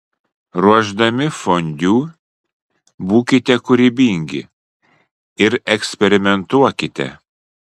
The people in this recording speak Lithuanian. ruošdami fondiu būkite kūrybingi ir eksperimentuokite